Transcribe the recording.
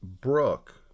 brooke